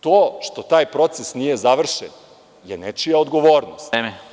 To što taj proces nije završen je nečija odgovornost.